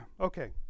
Okay